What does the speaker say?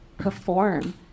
perform